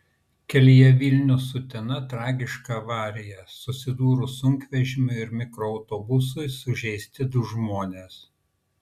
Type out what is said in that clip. kelyje vilnius utena tragiška avarija susidūrus sunkvežimiui ir mikroautobusui sužeisti du žmonės